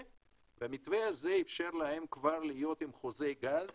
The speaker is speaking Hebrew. והמתווה הזה אפשר להם להיות עם חוזה גז